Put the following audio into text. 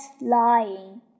lying